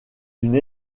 d’une